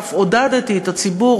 ואף עודדתי את הציבור,